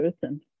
person